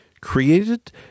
created